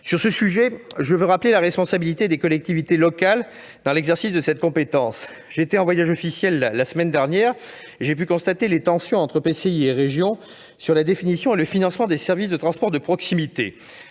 Sur ce sujet, je veux rappeler la responsabilité des collectivités locales dans l'exercice de cette compétence. En voyage officiel la semaine dernière, j'ai pu constater les tensions entre EPCI et régions sur la définition et le financement des transports de proximité.